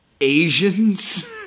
Asians